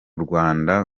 rwanda